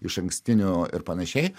išankstinių ir panašiai